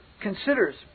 considers